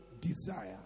desire